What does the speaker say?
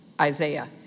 isaiah